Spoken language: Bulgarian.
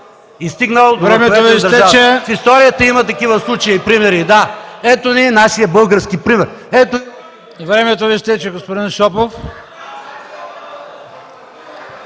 Времето Ви изтече, господин Шопов.